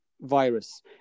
Virus